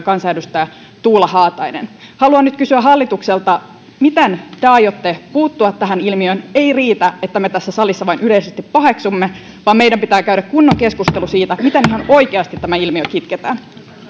kansanedustaja tuula haatainen haluan nyt kysyä hallitukselta miten te aiotte puuttua tähän ilmiöön ei riitä että me tässä salissa vain yleisesti paheksumme vaan meidän pitää käydä kunnon keskustelu siitä miten ihan oikeasti tämä ilmiö kitketään